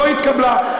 לא התקבלה.